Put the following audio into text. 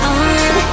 on